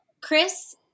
Chris